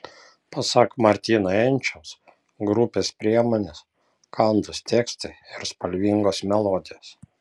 pasak martyno enčiaus grupės priemonės kandūs tekstai ir spalvingos melodijos